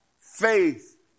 Faith